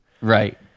right